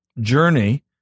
journey